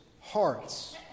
hearts